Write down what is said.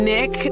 Nick